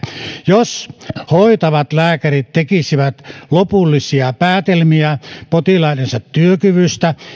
jos hoitavat lääkärit tekisivät lopullisia päätelmiä potilaidensa työkyvystä